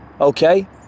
okay